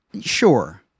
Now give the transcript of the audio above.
sure